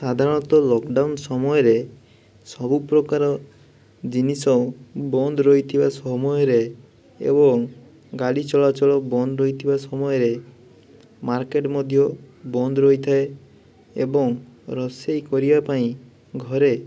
ସାଧାରଣତଃ ଲକଡ଼ାଉନ ସମୟରେ ସବୁ ପ୍ରକାର ଜିନିଷ ବନ୍ଦ ରହିଥିବା ସମୟରେ ଏବଂ ଗାଡ଼ି ଚଳାଚଳ ବନ୍ଦ ରହିଥିବା ସମୟରେ ମାର୍କେଟ ମଧ୍ୟ ବନ୍ଦ ରହିଥାଏ ଏବଂ ରୋଷେଇ କରିବା ପାଇଁ ଘରେ